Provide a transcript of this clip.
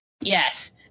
Yes